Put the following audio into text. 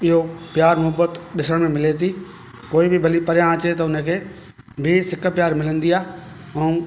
इहो प्यारु मुहिबत ॾिसण में मिले ति कोई बि भली परियां अचे थो हुनखे बि सिक प्यारु मिलंदी आहे ऐं